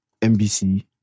NBC